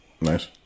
Nice